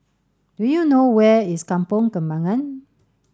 do you know where is Kampong Kembangan